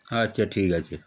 আচ্ছা ঠিক আছে